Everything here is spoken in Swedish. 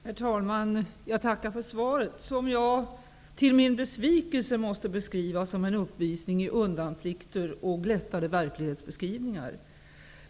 Herr talman! Jag tackar för svaret, som jag till min besvikelse måste beskriva som en uppvisning i undanflykter och glättade verklighetsbeskrivningar.